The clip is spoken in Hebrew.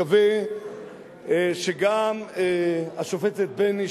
ואני מקווה שגם השופטת בייניש,